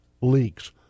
leaks